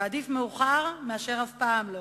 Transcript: ועדיף מאוחר מאשר אף פעם.